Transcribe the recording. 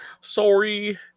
Sorry